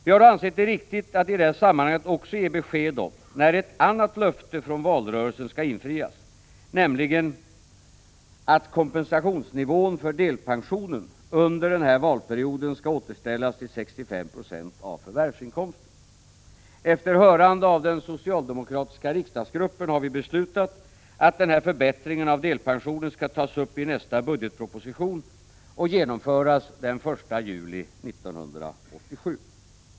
Vi har ansett det riktigt att i det sammanhanget också ge besked om när ett annat löfte i valrörelsen skall infrias, nämligen löftet att kompensationsnivån för delpensionen under den här valperioden skall återställas till 65 96 av förvärvsinkomsten. Efter hörande av den socialdemokratiska riksdagsgruppen har vi beslutat att den här förbättringen av delpensionen skall tas upp i nästa budgetproposition och genomföras den 1 juli 1987.